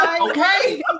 okay